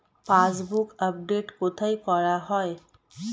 Passbook update কোথায় করা হয়?